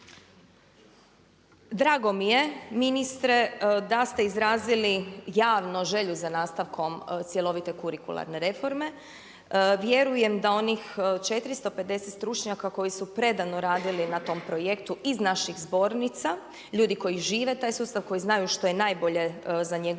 Drago mi je ministre da ste izrazili javno želju za nastavkom cjelovite kurikularne reforme. Vjerujem da onih 450 stručnjaka koji su predano radili na tom projektu iz naših zbornica, ljudi koji žive taj sustav, koji znaju što je najbolje za njegove